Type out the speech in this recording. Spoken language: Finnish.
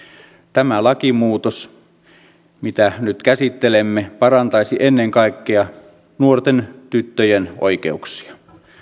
tämä lakimuutos mitä nyt käsittelemme parantaisi ennen kaikkea nuorten tyttöjen oikeuksia